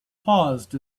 paused